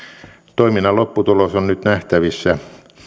toiminnan lopputulos on nyt nähtävissä